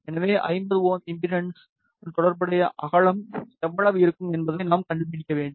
எனவே 50 Ω இம்பிடண்ஸ்யடள் தொடர்புடைய அகலம் எவ்வளவு இருக்கும் என்பதை நாம் கண்டுபிடிக்க வேண்டும்